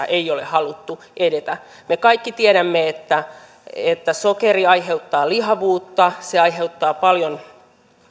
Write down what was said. ei ole haluttu edetä me kaikki tiedämme että että sokeri aiheuttaa lihavuutta se aiheuttaa paljon